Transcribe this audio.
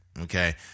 Okay